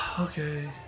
okay